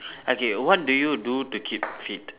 okay what do you do to keep fit